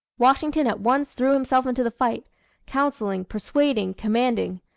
washington at once threw himself into the fight counselling, persuading, commanding.